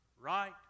right